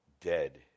dead